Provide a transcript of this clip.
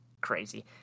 crazy